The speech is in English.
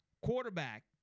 quarterback